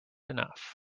enough